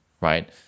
right